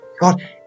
God